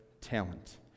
talent